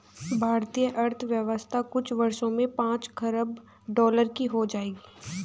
भारतीय अर्थव्यवस्था कुछ वर्षों में पांच खरब डॉलर की हो जाएगी